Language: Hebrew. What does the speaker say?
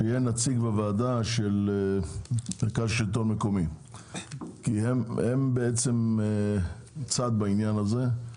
שיהיה נציג בוועדה של מרכז שלטון מקומי כי הם בעצם צד בעניין הזה.